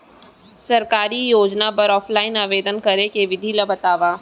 सरकारी योजना बर ऑफलाइन आवेदन करे के विधि ला बतावव